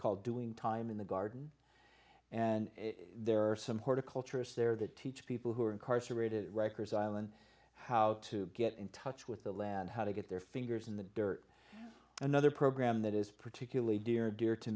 call doing time in the garden and there are some horticulturist there that teach people who are incarcerated wreckers island how to get in touch with the land how to get their fingers in the dirt another program that is particularly dear dear to